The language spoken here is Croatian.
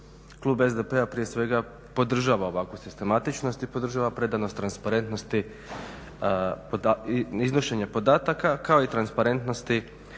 Klub SDP prije svega podržava ovakvu sistematičnost i podržava predanost transparentnosti iznošenja podataka kao i transparentnosti